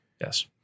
Yes